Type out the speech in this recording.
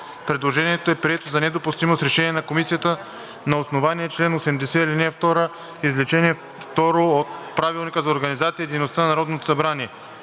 Предложението е прието за недопустимо с решение на Комисията на основание чл. 80, ал. 2, изречение второ от Правилника за организацията и дейността на Народното събрание.